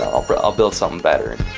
ah i'll but i'll build something better.